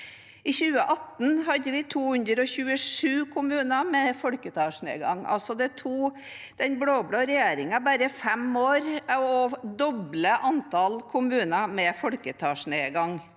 I 2018 var det 227 kommuner med folketallsnedgang. Det tok altså den blå-blå regjeringen bare fem år å doble antallet kommuner med folketallsnedgang.